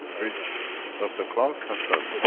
which dr. klaus has done.